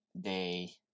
Day